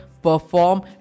Perform